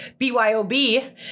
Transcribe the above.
BYOB